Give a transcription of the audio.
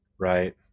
right